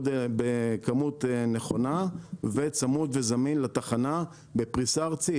בכמות נכונה וצמוד וזמין לטחנה בפריסה ארצית,